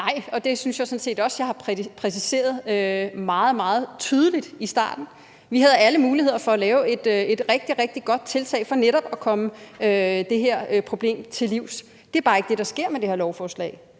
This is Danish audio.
Nej, og det synes jeg sådan set også jeg har præciseret meget, meget tydeligt i starten. Vi havde alle muligheder for at lave et rigtig, rigtig godt tiltag for netop at komme det her problem til livs. Det er bare ikke det, der sker med det her lovforslag.